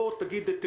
בוא ותגיד את עמדתכם.